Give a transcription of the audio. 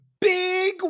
Big